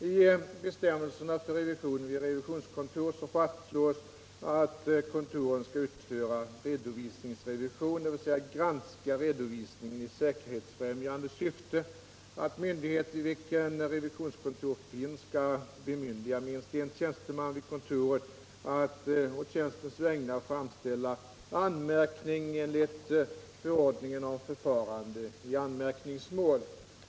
I bestämmelserna för revision vid revisionskontor fastslås att revisionskontor skall utföra redovisningsrevision, dvs. granska redovisningen i säkerhetsfrämjande syfte, och att myndighet, vid vilken revisionskontor finns, skall bemyndiga minst en tjänsteman vid revisionskontoret att på tjänstens vägnar framställa anmärkning enligt förordningen om förfarande i anmärkningsmål.